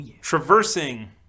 traversing